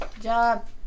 job